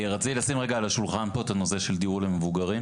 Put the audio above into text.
רציתי לשים פה רגע על השולחן את הנושא של דיור למבוגרים.